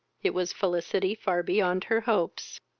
it was felicity far beyond her hopes.